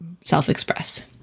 self-express